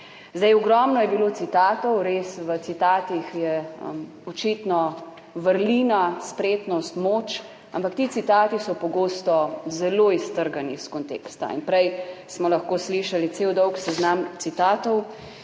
Zdaj, ogromno je bilo citatov, res, v citatih je očitno vrlina, spretnost, moč, ampak ti citati so pogosto zelo iztrgani iz konteksta. In prej smo lahko slišali cel dolg seznam citatov.